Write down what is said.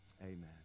Amen